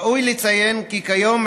עם זאת, ראוי לציין כי כיום